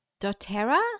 doTERRA